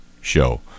show